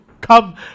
come